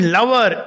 Lover